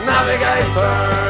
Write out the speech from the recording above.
Navigator